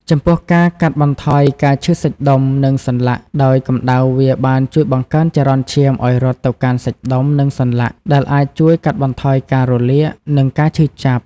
ចំពោះការកាត់បន្ថយការឈឺសាច់ដុំ និងសន្លាក់ ដោយកម្ដៅវាបានជួយបង្កើនចរន្តឈាមឲ្យរត់ទៅកាន់សាច់ដុំ និងសន្លាក់ ដែលអាចជួយកាត់បន្ថយការរលាក និងការឈឺចាប់។